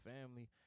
family